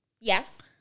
Yes